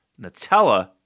Nutella